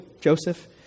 Joseph